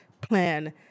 plan